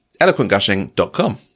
eloquentgushing.com